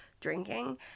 drinking